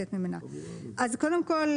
אז קודם כל,